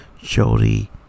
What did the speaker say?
Jody